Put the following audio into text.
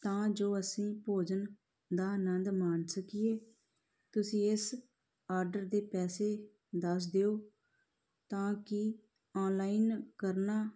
ਤਾਂ ਜੋ ਅਸੀਂ ਭੋਜਨ ਦਾ ਆਨੰਦ ਮਾਣ ਸਕੀਏ ਤੁਸੀਂ ਇਸ ਆਡਰ ਦੇ ਪੈਸੇ ਦੱਸ ਦਿਓ ਤਾਂ ਕਿ ਔਨਲਾਈਨ ਕਰਨਾ